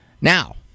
now